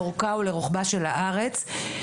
לאורכה ולרוחבה של הארץ.